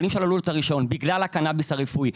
אבל אם שללו לו את הרישיון בגלל הקנביס הרפואי,